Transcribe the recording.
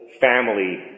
family